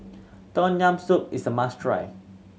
Tom Yam Soup is a must try